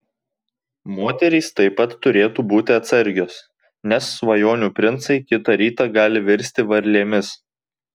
moterys taip pat turėtų būti atsargios nes svajonių princai kitą rytą gali virsti varlėmis